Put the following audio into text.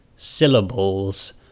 syllables